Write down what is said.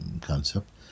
concept